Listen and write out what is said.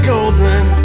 Goldman